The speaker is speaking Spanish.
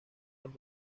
los